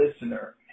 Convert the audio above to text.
listener